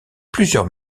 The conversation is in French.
plusieurs